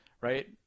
right